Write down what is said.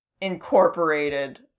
incorporated